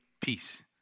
peace